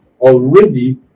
already